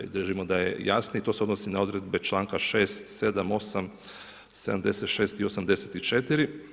Držimo da je jasniji i to se odnosi na odredbe članka 6., 7., 8., 76. i 84.